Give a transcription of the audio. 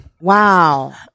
Wow